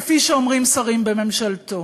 כפי שאומרים שרים בממשלתו.